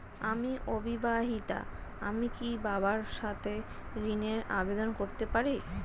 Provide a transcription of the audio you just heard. আমি অবিবাহিতা আমি কি বাবার সাথে ঋণের আবেদন করতে পারি?